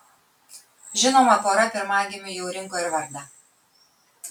žinoma pora pirmagimiui jau rinko ir vardą